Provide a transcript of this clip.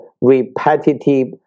repetitive